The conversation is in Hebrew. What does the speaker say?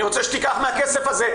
אני רוצה שתיקח מהכסף הזה,